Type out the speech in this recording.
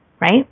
Right